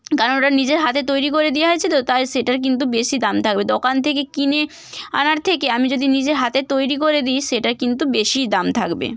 কারণ ওটা নিজের হাতে তৈরি করে দেওয়া হয়েছে তো তাই সেটার কিন্তু বেশি দাম থাকবে দোকান থেকে কিনে আনার থেকে আমি যদি নিজের হাতে তৈরি করে দিই সেটার কিন্তু বেশিই দাম থাকবে